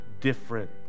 different